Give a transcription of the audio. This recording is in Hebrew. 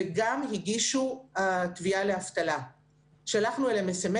מגיע לביטוח לאומי ומבקש הכרה כאדם עם אוטיזם,